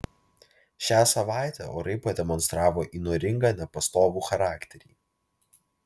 šią savaitę orai pademonstravo įnoringą nepastovų charakterį